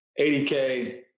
80k